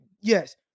Yes